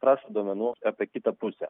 prašo duomenų apie kitą pusę